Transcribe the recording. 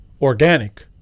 organic